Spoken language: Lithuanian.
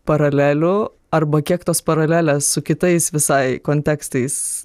paralelių arba kiek tos paralelės su kitais visai kontekstais